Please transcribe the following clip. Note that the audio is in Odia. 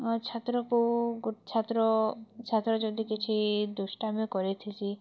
ଅଁ ଛାତ୍ରକୁ ଛାତ୍ର ଛାତ୍ର ଯଦି କିଛି ଦୁଷ୍ଟାମୀ କରିଥିସି